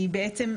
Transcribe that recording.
כי בעצם,